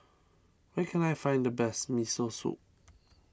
where can I find the best Miso Soup